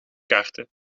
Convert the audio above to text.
karten